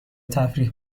تفریح